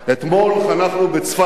אתמול חנכנו בצפת